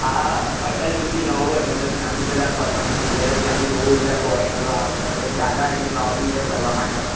હા અટલ બ્રિજ બી નવો બન્યો છે ત્યાં બી બધાં ફરવાની જગ્યા તો ત્યાં બી બધાં બહુ ફોરેનરો આવે છે પછી દાદાહરીની વાવ બી છે ફરવા માટે